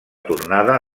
tornada